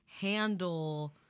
handle